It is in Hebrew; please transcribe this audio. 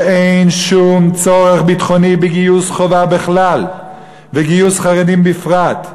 שאין שום צורך ביטחוני בגיוס חובה בכלל ובגיוס חרדים בפרט.